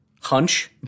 hunch